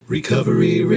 Recovery